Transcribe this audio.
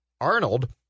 Arnold